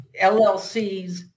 LLCs